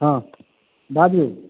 हँ बाजु